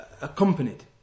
Accompanied